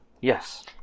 Yes